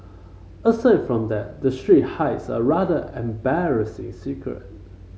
aside from that the street hides a rather embarrassing secret